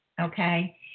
okay